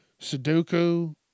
Sudoku